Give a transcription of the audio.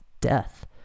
death